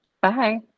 bye